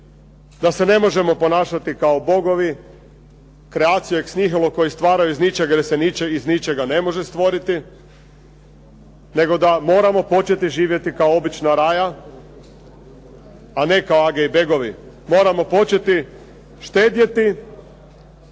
da se ne možemo ponašati kao bogovi …/Govornik se ne razumije./… koji stvaraju iz ničega jer se iz ničega ne može stvoriti, nego da moramo početi živjeti kao obična raja a ne kao age i begovi. Moramo početi štedjeti,